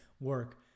Work